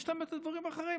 יש להם את הדברים האחרים,